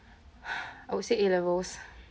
I would say A levels